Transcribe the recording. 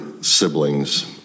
siblings